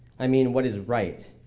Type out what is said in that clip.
i mean what is right.